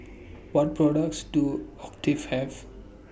What products Do Have